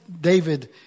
David